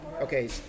okay